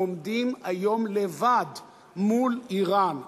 ועומדים היום לבד מול אירן.